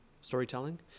storytelling